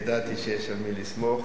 ידעתי שיש על מי לסמוך.